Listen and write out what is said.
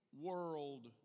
world